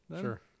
Sure